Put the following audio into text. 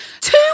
two